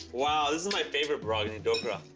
wow, this is my favorite, ragini, dokra.